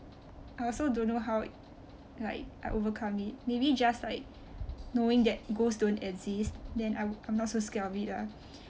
I also don't know how like I overcome it maybe just like knowing that ghost don't exist then I'm I'm not so scared of it lah